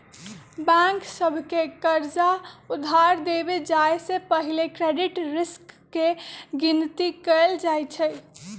bank सभ के कर्जा उधार देबे जाय से पहिले क्रेडिट रिस्क के गिनति कएल जाइ छइ